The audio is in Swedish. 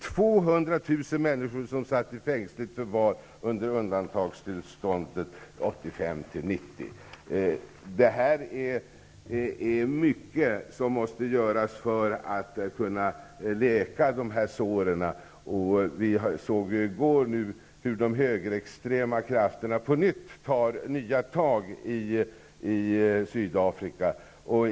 200 000 människor satt i fängsligt förvar under undantagstillståndet 1985-- 1990. Mycket måste göras för att man skall kunna läka såren. Vi såg i går hur de högerextrema krafterna på nytt tar nya tag i Sydafrika.